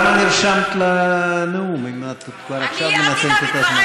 למה נרשמת לנאום אם את כבר עכשיו מנצלת את הזמן?